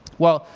well,